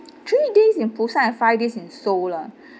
three days in busan and five days in seoul lah